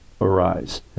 arise